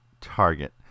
Target